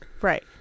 Right